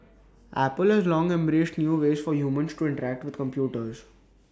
apple has long embraced new ways for humans to interact with computers